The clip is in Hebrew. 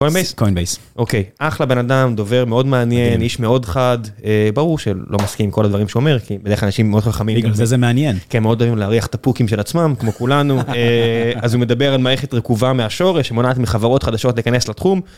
אוקיי אחלה בן אדם דובר מאוד מעניין איש מאוד חד ברור שלא מסכים עם כל הדברים שהוא אומר, כי בדרך כלל אנשים מאוד חכמים - בגלל זה מעניין - כן, מאוד אוהבים להריח את הפוקים של עצמם כמו כולנו, אז הוא מדבר על מערכת רכובה מהשורש שמונעת מחברות חדשות להיכנס לתחום.